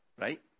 Right